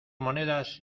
monedas